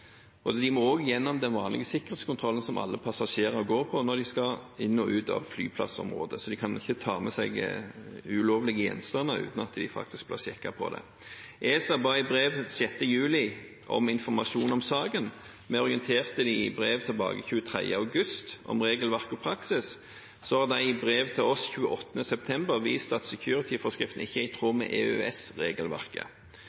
må også gjennom den vanlige sikkerhetskontrollen som alle passasjerer går gjennom, når de skal ut og inn av flyplassområdet. De kan altså ikke ta med seg ulovlige gjenstander uten at de faktisk blir sjekket for det. ESA ba i brev av 6. juli om informasjon om saken. Vi orienterte dem i brev tilbake 23. august om regelverk og praksis, og så har de i brev til oss den 28. september vist til at securityforskriften ikke er i